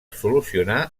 solucionar